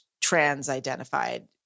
trans-identified